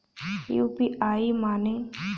UPI माने?